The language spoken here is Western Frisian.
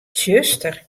tsjuster